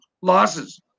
losses